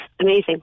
amazing